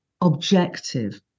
objective